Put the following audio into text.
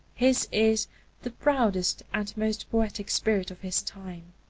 his is the proudest and most poetic spirit of his time.